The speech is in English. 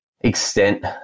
extent